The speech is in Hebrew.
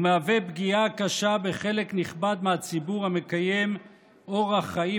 הוא מהווה פגיעה קשה בחלק נכבד מהציבור המקיים אורח חיים